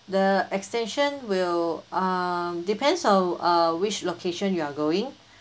the extension will uh depends on uh which location you're going